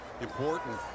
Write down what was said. important